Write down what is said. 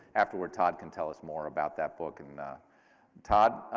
afterward todd can tell us more about that book, and todd,